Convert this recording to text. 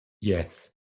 Yes